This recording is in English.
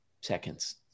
seconds